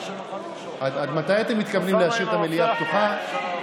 עד מתי אתם מתכוונים להשאיר את המליאה פתוחה?